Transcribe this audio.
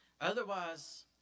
Otherwise